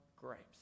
grapes